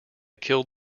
killed